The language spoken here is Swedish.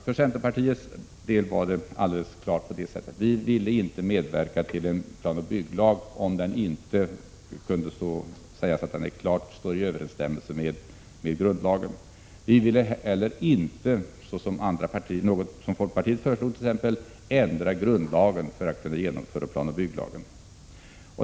För centerpartiet stod det helt klart att vi inte ville medverka till en planoch bygglag, om denna inte kunde sägas stå helt i överensstämmelse med grundlagen. Vi ville inte heller, såsom t.ex. folkpartiet föreslog, ändra grundlagen för att kunna genomföra planoch bygglagen.